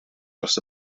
dros